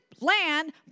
land